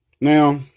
Now